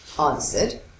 answered